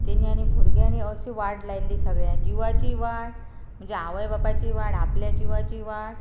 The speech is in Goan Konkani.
तेणी आनी भुरग्यांनी अशी वाट लायिल्ली सगळ्या जिवाची वाट म्हणजे आवय बापाची वाट आपल्या जिवाची वाट